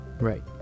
Right